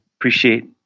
appreciate